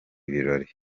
birori